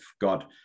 God